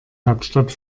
hauptstadt